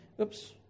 oops